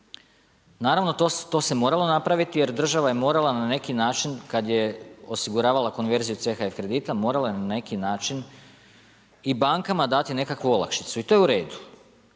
Naravno, to se moralo napraviti jer država je morala na neki način kad je osiguravala konverziju CHF kredita, morala je na neki način i bankama dati nekakvu olakšicu i to je u redu.